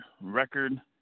record